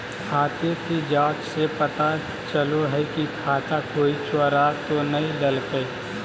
खाते की जाँच से पता चलो हइ की खाता कोई चोरा तो नय लेलकय